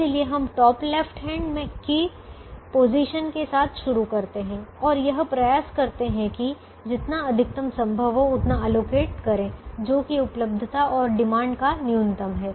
इसलिए हम top left hand की पोजीशन के साथ शुरू करते हैं और यह प्रयास करते है कि जितना अधिकतम संभव हो उतना आवंटित करें जो की उपलब्धता और डिमांड का न्यूनतम है